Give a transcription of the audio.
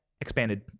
expanded